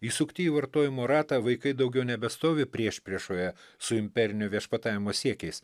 įsukti į vartojimo ratą vaikai daugiau nebestovi priešpriešoje su imperiniu viešpatavimo siekiais